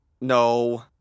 No